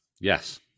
Yes